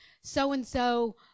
so-and-so